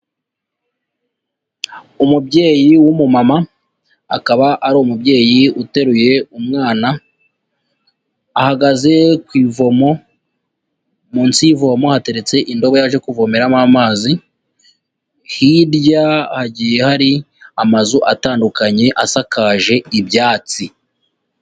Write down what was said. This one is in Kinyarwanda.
Umubyeyi w'umumama, akaba ari umubyeyi uteruye umwana, ahagaze ku ivomo, munsi y'ivomo hateretse indobo yaje kuvomeramo amazi, hirya hagiye hari amazu atandukanye asakaje ibyatsi.